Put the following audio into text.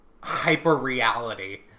hyper-reality